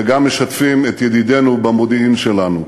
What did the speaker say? וגם משתפים את ידידינו במודיעין שלנו.